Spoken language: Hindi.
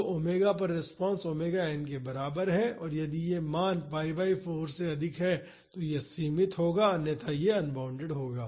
तो ओमेगा पर रिस्पांस ओमेगा एन के बराबर है यदि यह मान pi बाई 4 से अधिक है तो यह सीमित होगा अन्यथा यह अनबॉउंडेड होगा